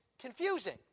confusing